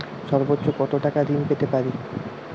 সর্বোচ্চ কত টাকা ঋণ পেতে পারি?